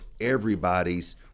everybody's